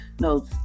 No